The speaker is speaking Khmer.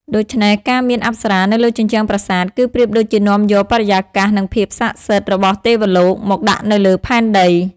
ដូច្នេះ ការមានអប្សរានៅលើជញ្ជាំងប្រាសាទ គឺប្រៀបដូចជានាំយកបរិយាកាស និងភាពស័ក្តិសិទ្ធិរបស់ទេវលោកមកដាក់នៅលើផែនដី។